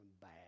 bad